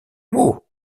mot